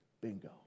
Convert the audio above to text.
Bingo